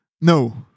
No